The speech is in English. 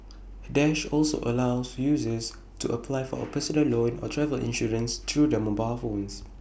dash also allows users to apply for A personal loan or travel insurance through their mobile phones